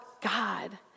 God